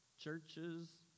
churches